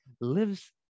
lives